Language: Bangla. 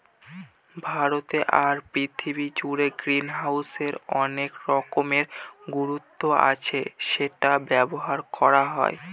ভারতে আর পৃথিবী জুড়ে গ্রিনহাউসের অনেক রকমের গুরুত্ব আছে সেটা ব্যবহার করা হয়